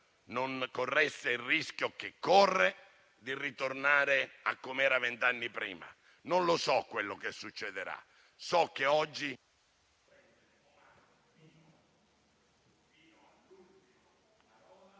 non corresse il rischio, che corre, di ritornare a com'era vent'anni prima. Non lo so quello che succederà. So che oggi...